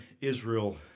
Israel